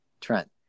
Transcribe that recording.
Trent